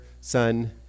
Son